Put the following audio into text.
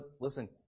listen